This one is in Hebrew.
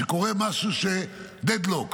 כשקורה משהו שהוא deadlock.